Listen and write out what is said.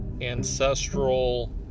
ancestral